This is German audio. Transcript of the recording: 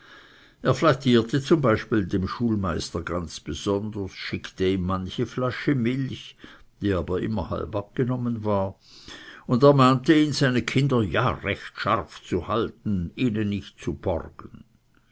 er flattierte zum beispiel dem schulmeister ganz besonders schickte ihm manche flasche milch die aber immer halb abgenommen war und ermahnte ihn seine kinder ja recht scharf zu halten ihnen nicht zu borgen